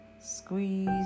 Squeeze